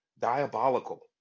diabolical